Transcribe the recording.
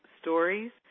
stories